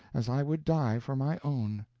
as i would die for my own.